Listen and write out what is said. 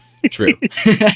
true